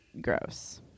gross